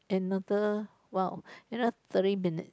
another while another thirty minutes